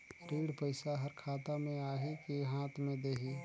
ऋण पइसा हर खाता मे आही की हाथ मे देही?